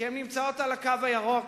כי הן נמצאות על "הקו הירוק",